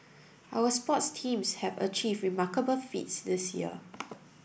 our sports teams have achieved remarkable feats this year